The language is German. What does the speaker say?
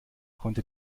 konnte